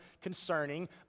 concerning